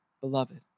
beloved